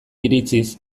iritziz